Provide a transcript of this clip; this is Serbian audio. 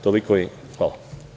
Toliko i hvala.